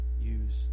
use